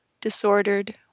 disordered